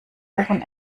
ohren